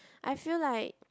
I feel like